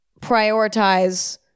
prioritize